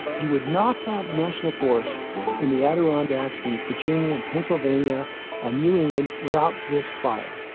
you would not have national forests in the adirondacks in virginia and pennsylvania and new england without this fire